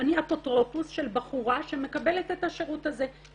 אני אפוטרופוס של בחורה שמקבלת את השירות הזה.